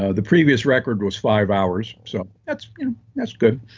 ah the previous record was five hours. so that's you know that's good.